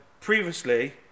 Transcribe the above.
previously